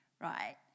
Right